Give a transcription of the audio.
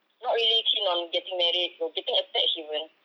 not really keen on getting married or getting attached even